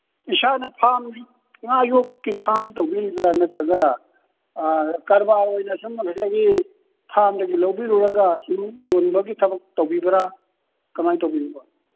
ꯏꯁꯥꯅ ꯐꯥꯝ ꯉꯥ ꯌꯣꯛꯄꯀꯤ ꯐꯥꯝ ꯇꯧꯕꯤꯔꯤꯕ꯭ꯔ ꯅꯠꯇ꯭ꯔꯒ ꯀꯔꯕꯥꯔ ꯑꯣꯏꯅ ꯁꯨꯝ ꯉꯁꯥꯏꯒꯤ ꯐꯥꯝꯗꯒꯤ ꯂꯧꯕꯤꯔꯨꯔꯒ ꯌꯣꯟꯕꯒꯤ ꯊꯕꯛ ꯇꯧꯕꯤꯕ꯭ꯔ ꯀꯃꯥꯏ ꯇꯧꯕꯤꯔꯤꯕ